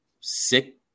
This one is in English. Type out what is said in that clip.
sick